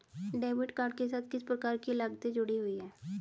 Debit card के साथ किस प्रकार की लागतें जुड़ी हुई हैं?